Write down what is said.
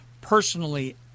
personally